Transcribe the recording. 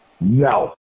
No